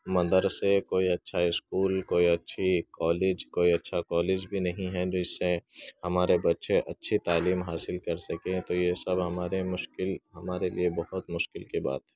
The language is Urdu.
مدرسے کوئی اچھا اسکول کوئی اچھی کالج کوئی اچھا کالج بھی نہیں ہے جو اِس سے ہمارے بچے اچھی تعلیم حاصل کر سکیں تو یہ سب ہمارے مشکل ہمارے لیے بہت مشکل کی بات ہے